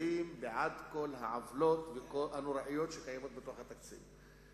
מצביעים בעד כל העוולות הנוראיות שקיימות בתקציב.